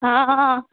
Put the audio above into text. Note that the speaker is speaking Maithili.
हँ हँ